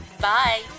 Bye